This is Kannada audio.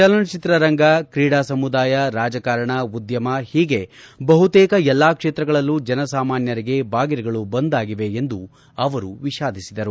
ಚಲನಚಿತ್ರರಂಗ ಕ್ರೀಡಾ ಸಮುದಾಯ ರಾಜಕಾರಣ ಉದ್ದಮ ಹೀಗೆ ಬಹುತೇಕ ಎಲ್ಲಾ ಕ್ಷೇತ್ರಗಳಲ್ಲೂ ಜನಸಾಮಾನ್ಕರಿಗೆ ಬಾಗಿಲುಗಳು ಬಂದ್ ಆಗಿವೆ ಎಂದು ಅವರು ವಿಷಾದಿಸಿದರು